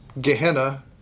Gehenna